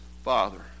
father